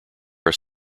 are